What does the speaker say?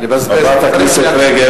הוא צודק, הוא מנצל את הזמן לעבודה.